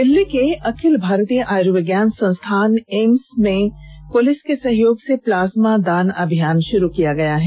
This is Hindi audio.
दिल्ली के अखिल भारतीय आयुर्विज्ञान संस्थान एम्स में दिल्ली पुलिस के सहयोग से प्लाज्मा दान अभियान शुरू किया गया है